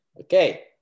Okay